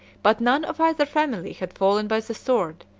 but none of either family had fallen by the sword,